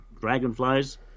dragonflies